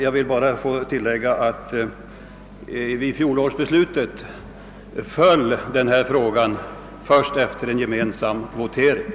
Jag vill sedan bara tilllägga att vid fjolårets beslut föll denna fråga först efter en gemensam votering.